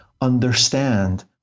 understand